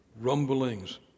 rumblings